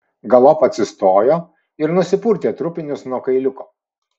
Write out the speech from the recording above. galop atsistojo ir nusipurtė trupinius nuo kailiuko